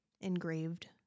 engraved